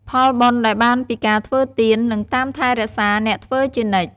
ផលបុណ្យដែលបានពីការធ្វើទាន នឹងតាមថែរក្សាអ្នកធ្វើជានិច្ច។